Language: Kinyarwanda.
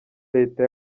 leta